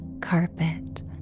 carpet